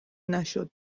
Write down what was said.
نشد